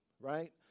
right